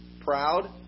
proud